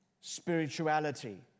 spirituality